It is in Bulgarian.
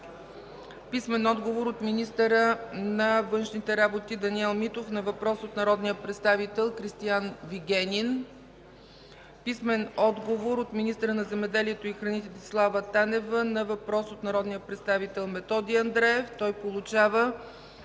Айхан Етем; - министъра на външните работи Даниел Митов на въпрос от народния представител Кристиан Вигенин; - министъра на земеделието и храните Десислава Танева на въпрос от народния представител Методи Андреев; Той получава